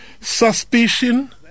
suspicion